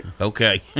Okay